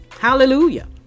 Hallelujah